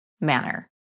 manner